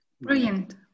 Brilliant